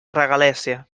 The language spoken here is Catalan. regalèssia